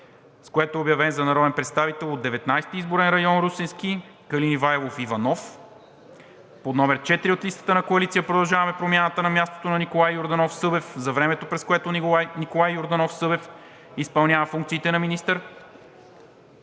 с което е обявен за народен представител от Деветнадесети изборен район – Русенски, Калин Ивайлов Иванов, под № 4 от листата на Коалиция „Продължаваме Промяната“ на мястото на Николай Йорданов Събев за времето, през което Николай Йорданов Събев изпълнява функциите на министър;